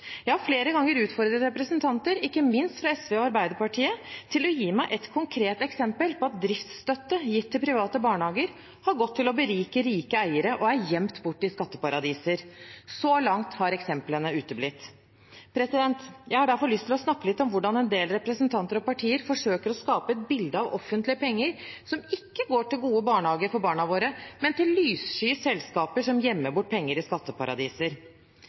Jeg har flere ganger utfordret representanter, ikke minst fra SV og Arbeiderpartiet, til å gi meg ett konkret eksempel på at driftsstøtte gitt til private barnehager har gått til å berike rike eiere og er gjemt bort i skatteparadiser. Så langt har eksemplene uteblitt. Jeg har derfor lyst til å snakke litt om hvordan en del representanter og partier forsøker å skape et bilde av offentlige penger som ikke går til gode barnehager for barna våre, men til lysskye selskaper som gjemmer bort penger i skatteparadiser.